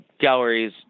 galleries